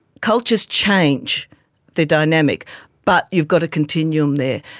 cultures change their dynamic but you've got a continuum there.